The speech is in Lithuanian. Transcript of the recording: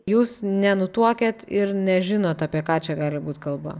jūs nenutuokiat ir nežinot apie ką čia gali būt kalba